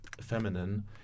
feminine